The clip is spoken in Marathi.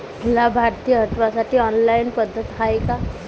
लाभार्थी हटवासाठी ऑनलाईन पद्धत हाय का?